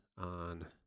on